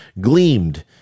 gleamed